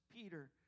Peter